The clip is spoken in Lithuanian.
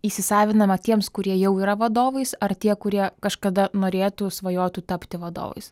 įsisavinama tiems kurie jau yra vadovais ar tie kurie kažkada norėtų svajotų tapti vadovais